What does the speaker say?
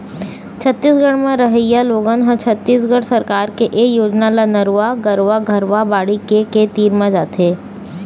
छत्तीसगढ़ म रहइया लोगन ह छत्तीसगढ़ सरकार के ए योजना ल नरूवा, गरूवा, घुरूवा, बाड़ी के के तीर म जीथे